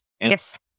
Yes